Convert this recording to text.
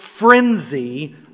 frenzy